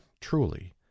truly